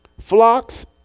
Flocks